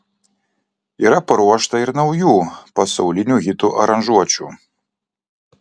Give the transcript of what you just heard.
yra paruošta ir naujų pasaulinių hitų aranžuočių